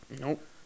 Nope